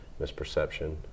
misperception